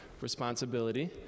responsibility